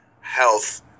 health